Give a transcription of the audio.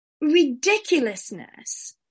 ridiculousness